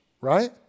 right